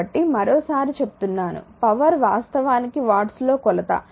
కాబట్టి మరోసారి చెప్తున్నాను పవర్ వాస్తవానికి వాట్స్లో కొలత